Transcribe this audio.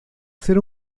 ser